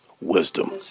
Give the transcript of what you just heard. wisdom